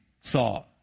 saw